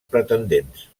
pretendents